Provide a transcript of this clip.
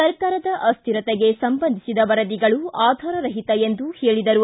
ಸರ್ಕಾರದ ಅಸ್ಥಿರತೆಗೆ ಸಂಬಂಧಿಸಿದ ವರದಿಗಳು ಆಧಾರ ರಹಿತ ಎಂದು ಹೇಳಿದರು